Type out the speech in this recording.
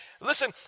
Listen